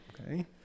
Okay